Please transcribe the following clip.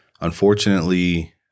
unfortunately